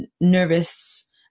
nervous